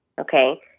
Okay